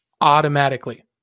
automatically